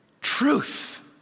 truth